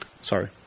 Sorry